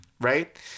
Right